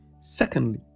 Secondly